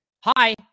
Hi